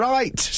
Right